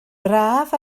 braf